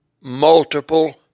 multiple